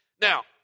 Now